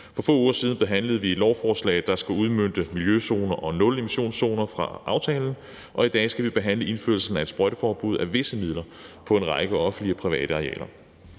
For få uger siden behandlede vi et lovforslag, der skulle udmønte initiativer vedrørende miljøzoner og nulemissionszoner fra aftalen, og i dag skal vi behandle indførelsen af et sprøjteforbud af visse midler på en række offentlige og private arealer.